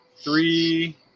three